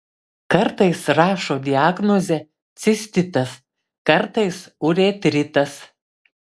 kartais rašo diagnozę cistitas kartais uretritas